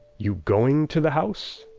you going to the house?